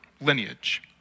lineage